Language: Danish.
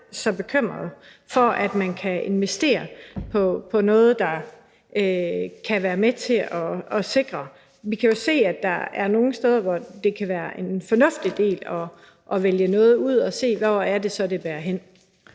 så bekymret for, at man kan investere i noget, der kan være med til at gøre det her. Vi kan jo se, at der er nogle steder, hvor det kan være fornuftigt at vælge noget ud og se, hvor det bærer hen.